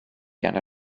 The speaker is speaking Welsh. gan